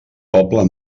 poble